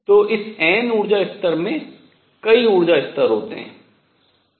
तो इस n ऊर्जा स्तर में कई ऊर्जा स्तर होते हैं